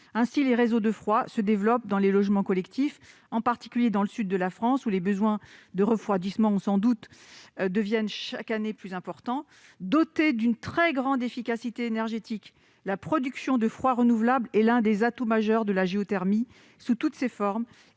Ainsi, les réseaux de froid se développent dans les logements collectifs, en particulier dans le sud de la France, où les besoins de refroidissement augmentent chaque année. Dotée d'une très grande efficacité énergétique, la production de froid renouvelable est l'un des atouts majeurs de la géothermie, sous toutes ses formes,